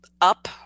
up